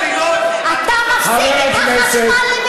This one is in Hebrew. מפסיק את החשמל,